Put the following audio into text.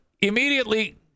immediately